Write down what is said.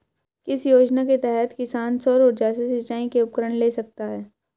किस योजना के तहत किसान सौर ऊर्जा से सिंचाई के उपकरण ले सकता है?